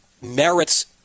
merits